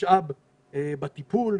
כמשאב בטיפול,